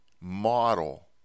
model